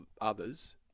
others